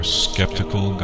skeptical